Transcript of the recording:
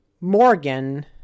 Morgan